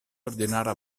ordinara